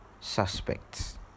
suspects